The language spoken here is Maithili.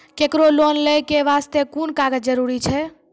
केकरो लोन लै के बास्ते कुन कागज जरूरी छै?